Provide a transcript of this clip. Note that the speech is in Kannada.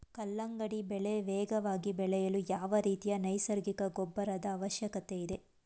ಕಲ್ಲಂಗಡಿ ಬೆಳೆ ವೇಗವಾಗಿ ಬೆಳೆಯಲು ಯಾವ ರೀತಿಯ ನೈಸರ್ಗಿಕ ಗೊಬ್ಬರದ ಅವಶ್ಯಕತೆ ಇದೆ?